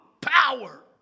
power